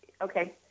okay